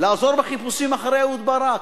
לעזור בחיפושים אחרי אהוד ברק,